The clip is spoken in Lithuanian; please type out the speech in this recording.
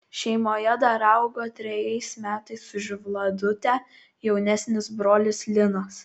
šeimoje dar augo trejais metais už vladutę jaunesnis brolis linas